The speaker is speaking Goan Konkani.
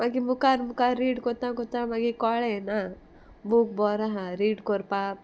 मागी मुखार मुखार रीड कोता कोता मागीर कोळ्ळे ना बूक बोरो आहा रीड कोरपा